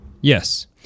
yes